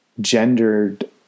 gendered